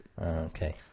Okay